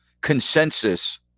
consensus